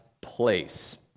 place